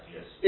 Yes